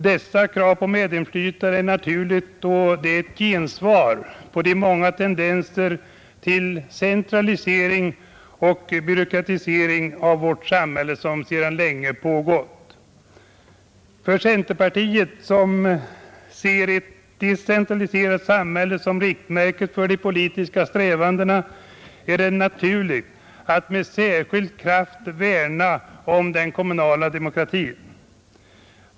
Dessa krav på medinflytande är ett naturligt gensvar på de tendenser till centralisering och byråkratisering av vårt samhälle som sedan länge pågått. För centerpartiet, som ser ett decentraliserat samhälle som riktmärke för de politiska strävandena, är det naturligt att med särskild kraft värna om den kommunala demokratin.